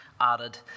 added